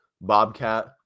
Bobcat